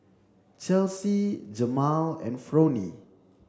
Chelsy Jemal and Fronie